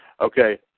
Okay